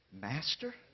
Master